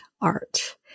art